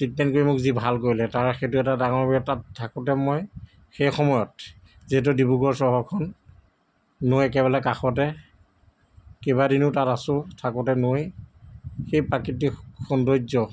treatment কৰি মোক যি ভাল কৰিলে তাৰ সেইটো এটা ডাঙৰ তাত থাকোতে মই সেই সময়ত যিহেতু ডিব্ৰুগড় চহৰখন নৈ একেবাৰে কাষতে কেইবাদিনো তাত আছে থাকোতে নৈৰ সেই প্ৰাকৃতিক সৌন্দৰ্য্য